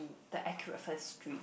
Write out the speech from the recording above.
the accurate first three